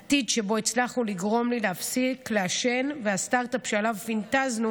עתיד שבו הצלחנו לגרום לי להפסיק לעשן והסטרטאפ שעליו פנטזנו